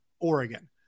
Oregon